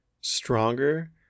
stronger